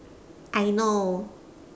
I know